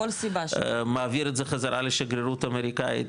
מעביר את זה חזרה לשגרירות האמריקאית,